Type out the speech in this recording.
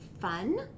fun